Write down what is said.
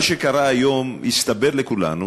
מה שקרה היום, הסתבר לכולנו